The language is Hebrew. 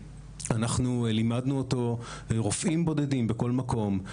למדנו רופאים בודדים בכל מקום,